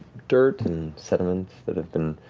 dirt and sediments that have been